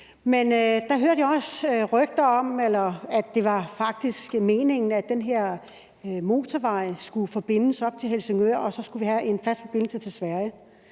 her sag, hørte jeg også rygter om, at det faktisk var meningen, at den her motorvej skulle forbindes op til Helsingør, og så skulle vi have en fast forbindelse til Sverige.